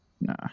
Nah